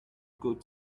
good